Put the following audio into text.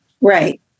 right